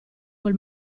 quel